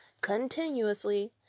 continuously